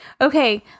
okay